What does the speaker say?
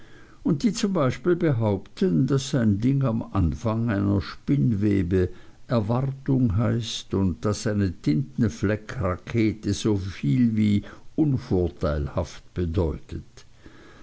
und die zum beispiel behaupten daß ein ding am anfang einer spinnwebe erwartung heißt und daß eine tintenfleckrakete soviel wie unvorteilhaft bedeutet